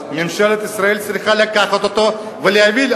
אז ממשלת ישראל צריכה לקחת אותו ולהבין,